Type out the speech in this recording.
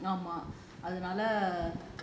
ஆமா:aama